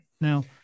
Now